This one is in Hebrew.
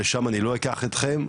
לשם אני לא אקח אתכם,